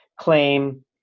claim